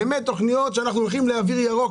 תוכניות שאנחנו הולכים לאוויר ירוק,